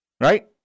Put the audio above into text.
Right